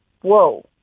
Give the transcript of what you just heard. Whoa